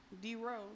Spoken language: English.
D-Rose